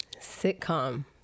Sitcom